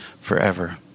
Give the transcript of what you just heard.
forever